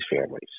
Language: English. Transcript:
families